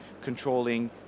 controlling